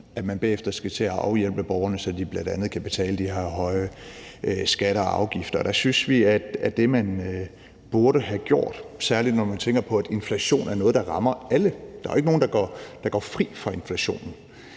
at man bagefter skal til at afhjælpe borgerne, så de bl.a. kan betale de her høje skatter og afgifter. Vi synes, at det, man burde have gjort, særlig når man tænker på, at inflation er noget, der rammer alle – der er jo ikke nogen, der går fri af inflationen